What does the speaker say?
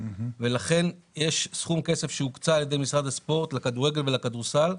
ולכן יש סכום כסף שהוקצה על ידי משרד הספורט לכדורגל ולכדורסל,